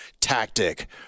tactic